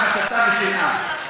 הסתה ושנאה.